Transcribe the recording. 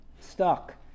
Stuck